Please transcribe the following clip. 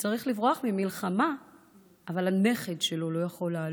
שצריך לברוח ממלחמה אבל הנכד שלו לא יכול לעלות.